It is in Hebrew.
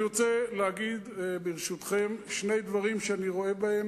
אני רוצה להגיד, ברשותכם, שני דברים שאני רואה בהם